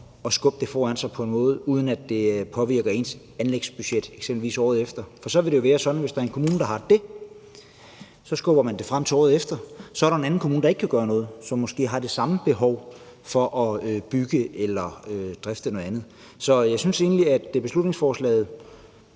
at skubbe det foran sig på en måde, uden at det påvirker ens anlægsbudget, eksempelvis til året efter? Det kunne være tilfældet for en kommune, der så skubber det frem til året efter, men så kan der være en anden kommune, der ikke kan gøre noget, men som måske har det samme behov for at bygge eller drifte eller noget andet. Så jeg synes egentlig, at beslutningsforslaget